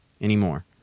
anymore